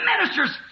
ministers